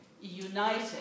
united